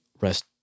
rest